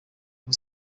ubu